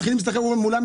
מתחילים להסתחר מולם,